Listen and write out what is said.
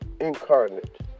incarnate